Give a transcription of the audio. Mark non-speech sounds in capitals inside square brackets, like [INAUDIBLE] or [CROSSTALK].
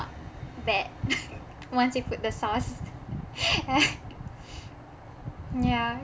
bad [LAUGHS] once you put the sauce [LAUGHS] ya